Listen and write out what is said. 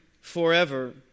forever